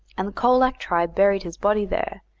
and the colac tribe buried his body there,